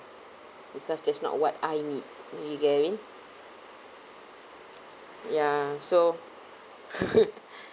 because that's not what I need you get what I mean ya so